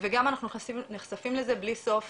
וגם אנחנו נחשפים לזה בלי סוף